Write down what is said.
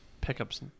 Pickups